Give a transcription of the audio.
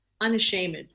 unashamed